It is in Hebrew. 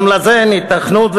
גם לזה אין היתכנות,